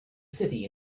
city